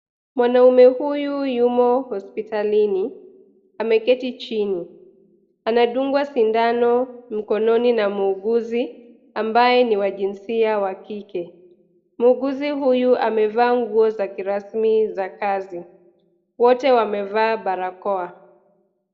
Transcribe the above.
Mwanaume huyu yumo hospitalini, ameketi chini. Anadungwa sindano mkononi na muuguzi, ambaye ni wa jinsia wa kike. Muuguzi huyu amevaa nguo za kirasmi za kazi. Wote wamevaa barakoa.